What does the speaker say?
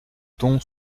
ton